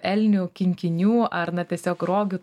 elnių kinkinių ar na tiesiog rogių